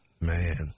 Man